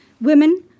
Women